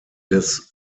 des